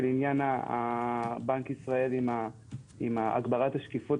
לעניין בנק ישראל עם הגברת השקיפות,